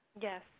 Yes